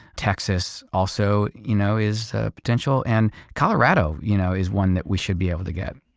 texas also you know is a potential and colorado you know is one that we should be able to get.